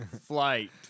flight